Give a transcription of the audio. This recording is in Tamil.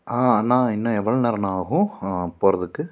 ஆ அண்ணா இன்னும் எவ்வளோ நேரம்ணா ஆகும் போகிறதுக்கு